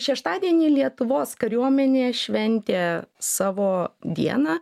šeštadienį lietuvos kariuomenė šventė savo dieną